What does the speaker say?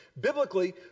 biblically